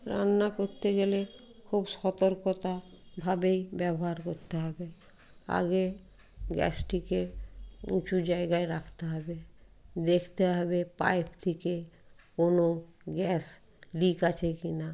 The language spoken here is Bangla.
রান্না করতে গেলে খুব সতর্কতা ভাবেই ব্যবহার করতে হবে আগে গ্যাসটিকে উঁচু জায়গায় রাখতে হবে দেখতে হবে পাইপ থেকে কোনও গ্যাস লিক আছে কি না